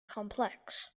complex